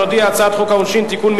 נודיע: הצעת חוק העונשין (תיקון,